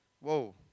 Whoa